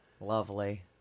Lovely